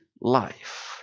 life